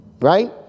right